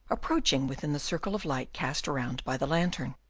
approaching within the circle of light cast around by the lantern.